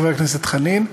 חבר הכנסת חנין,